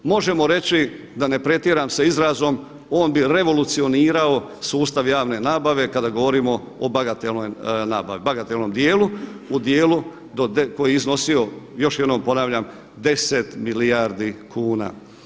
Možemo reći da ne pretjeram sa izrazom on bi revolucionirao sustav javne nabave kada govorimo o bagatelnoj nabavi, bagatelnom djelu u djelu koji je iznosio još jednom ponavljam 10 milijardi kuna.